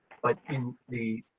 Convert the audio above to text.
but in the.